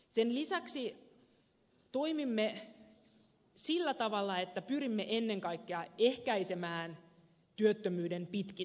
sen lisäksi toimimme sillä tavalla että pyrimme ennen kaikkea ehkäisemään työttömyyden pitkittymistä